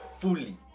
fully